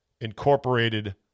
incorporated